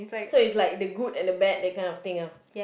so is like the good and the bad that kind of thing ah